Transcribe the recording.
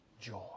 joy